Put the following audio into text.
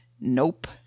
Nope